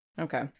Okay